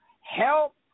help